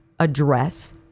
address